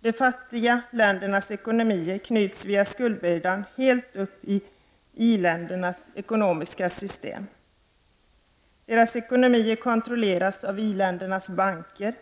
De fattiga ländernas ekonomier knyts via skuldbördan helt upp till i-ländernas ekonomiska system. Deras ekonomier kontrolleras av i-ländernas banker.